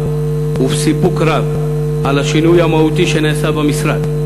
ובסיפוק רב על השינוי המהותי שנעשה במשרד.